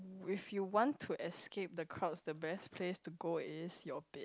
if you want to escape the crowds the best place to go is your bed